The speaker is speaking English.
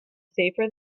safer